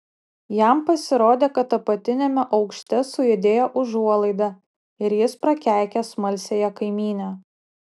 jam pasirodė kad apatiniame aukšte sujudėjo užuolaida ir jis prakeikė smalsiąją kaimynę